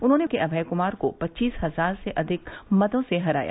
उन्होंने बसपा के अभय कुमार को पच्चीस हजार से अधिक मतो से हराया